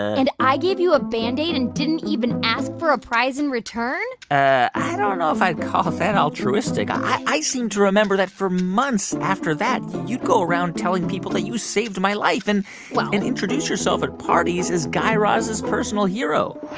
and i gave you a band-aid and didn't even ask for a prize in return? ah i don't know if i'd call that and altruistic. i seem to remember that, for months after that, you'd go around telling people that you saved my life and and introduce yourself at parties as guy raz's personal hero